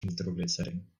nitroglycerin